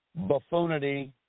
buffoonity